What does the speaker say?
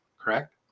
correct